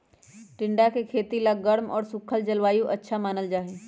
टिंडा के खेती ला गर्म और सूखल जलवायु अच्छा मानल जाहई